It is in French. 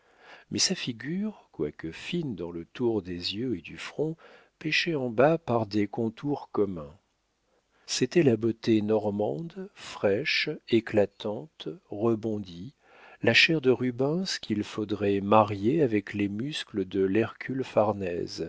mais sa figure quoique fine dans le tour des yeux et du front péchait en bas par des contours communs c'était la beauté normande fraîche éclatante rebondie la chair de rubens qu'il faudrait marier avec les muscles de lhercule farnèse